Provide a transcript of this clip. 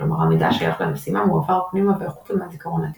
כלומר המידע השייך למשימה מועבר פנימה והחוצה מהזיכרון לדיסק.